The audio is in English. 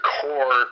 core